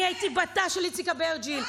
אני הייתי בתא של איציק אברג'יל,